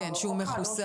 כן שהוא מחוסן.